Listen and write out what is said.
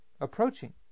approaching